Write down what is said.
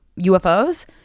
UFOs